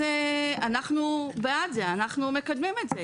אנחנו בעד זה, אנחנו מקדמים את זה.